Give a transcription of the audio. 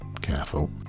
Careful